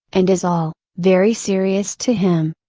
and is all, very serious to him.